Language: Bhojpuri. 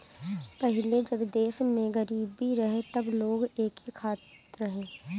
पहिले जब देश में गरीबी रहे तब लोग एके खात रहे